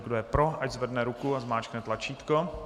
Kdo je pro, ať zvedne ruku a zmáčkne tlačítko.